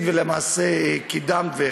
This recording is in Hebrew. שקידמת והכנסת.